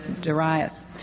Darius